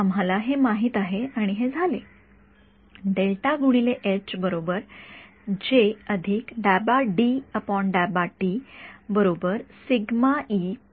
आम्हाला हे माहित आहे आणि हे झाले